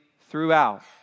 throughout